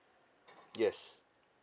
yes